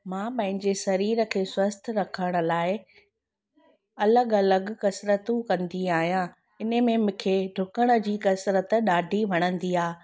मां पंहिंजे शरीर खे स्वस्थ रखण लाइ अलॻि अलॻि कसरतूं कंदी आहियां हिन में मूंखे डुकण जी कसरत ॾाढी वणंदी आहे